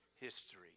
history